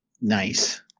Nice